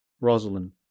Rosalind